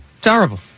terrible